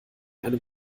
einem